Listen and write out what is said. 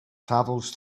travels